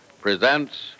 presents